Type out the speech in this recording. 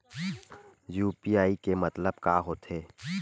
UPI के मतलब का होथे?